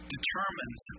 determines